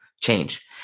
change